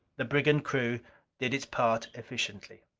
the brigand crew did its part efficiently.